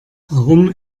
warum